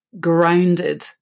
grounded